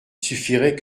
suffirait